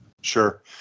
Sure